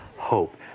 Hope